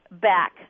back